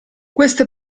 queste